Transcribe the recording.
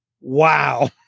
Wow